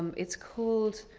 it's called,